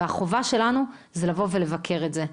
והחובה שלנו היא לבוא ולבקר את זה,